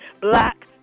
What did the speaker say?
black